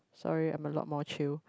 sorry I'm a lot more chill